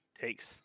takes